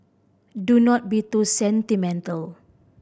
do not be too sentimental